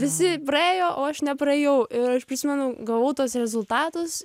visi praėjo o aš nepraėjau ir aš prisimenu gavau tuos rezultatus